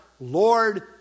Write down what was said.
Lord